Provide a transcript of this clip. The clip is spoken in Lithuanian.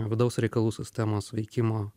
vidaus reikalų sistemos veikimo